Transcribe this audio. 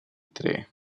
tre